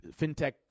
fintech